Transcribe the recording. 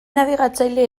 nabigatzaile